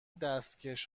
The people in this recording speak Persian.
دستکش